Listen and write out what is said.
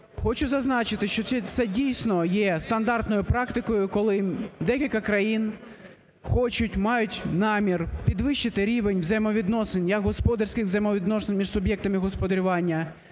Хочу зазначити, що це дійсно є стандартною практикою, коли декілька країн хочуть, мають намір підвищити рівень взаємовідносин як господарських взаємовідносин між суб'єктами господарювання,